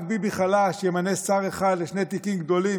רק ביבי חלש ימנה שר אחד לשני תיקים גדולים,